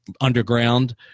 underground